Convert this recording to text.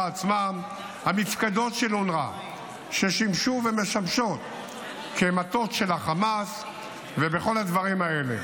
המפקדות של אונר"א ששימשו ומשמשות כמטות של החמאס וכל הדברים האלה.